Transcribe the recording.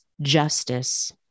justice